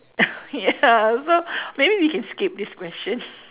ya so maybe we can skip this question